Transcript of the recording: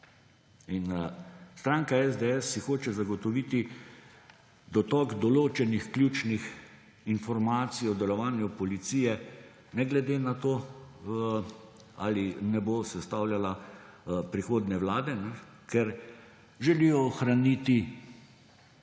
In stranka SDS si hoče zagotoviti dotok določenih ključnih informacij o delovanju policije ne glede na to, ali ne bo sestavljala prihodnje vlade, ker želijo ohraniti